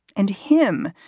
and him,